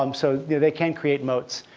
um so they can create moats.